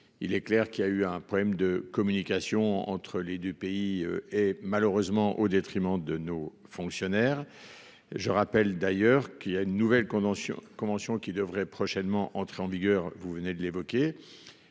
Il est clair qu'il a eu un problème de communication entre les 2 pays et malheureusement au détriment de nos fonctionnaires. Je rappelle d'ailleurs qu'il y a une nouvelle convention convention qui devrait prochainement entrer en vigueur. Vous venez de l'évoquer.